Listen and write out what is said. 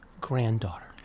granddaughter